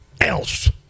else